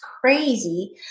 crazy